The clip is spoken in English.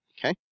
Okay